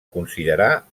considerà